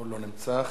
אינו נמצא.